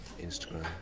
Instagram